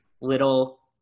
little